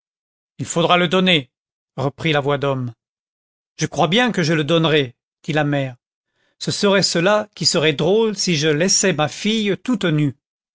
il faudra le donner repartit la voix d'homme je crois bien que je le donnerai dit la mère ce serait cela qui serait drôle si je laissais ma fille toute nue